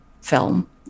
film